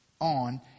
on